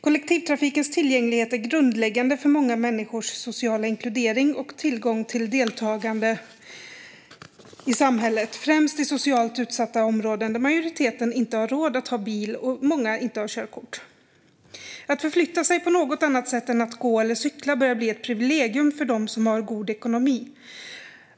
Kollektivtrafikens tillgänglighet är grundläggande för många människors sociala inkludering och möjlighet till deltagande i samhället, främst i socialt utsatta områden där majoriteten inte har råd att ha bil och många inte har körkort. Att förflytta sig på något annat sätt än att gå eller cykla börjar bli ett privilegium för dem som har god ekonomi.